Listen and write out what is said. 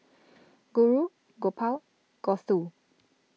Guru Gopal and Gouthu